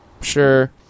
Sure